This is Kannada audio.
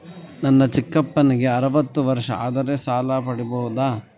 ನನ್ನ ಚಿಕ್ಕಪ್ಪನಿಗೆ ಅರವತ್ತು ವರ್ಷ ಆದರೆ ಸಾಲ ಪಡಿಬೋದ?